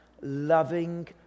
loving